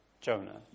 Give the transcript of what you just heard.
Jonah